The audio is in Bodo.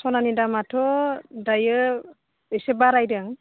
सनानि दामाथ' दायो एसे बारायदों